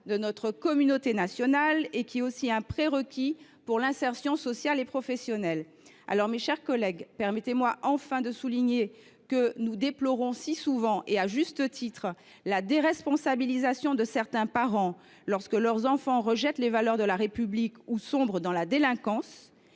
de notre communauté nationale et un prérequis pour l’insertion sociale et professionnelle. Mes chers collègues, permettez moi enfin de souligner, alors que nous déplorons si souvent – à juste titre – la déresponsabilisation de ces parents dont les enfants rejettent les valeurs de la République ou sombrent dans la délinquance,